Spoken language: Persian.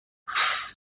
های